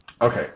Okay